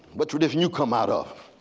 but tradition you come out of?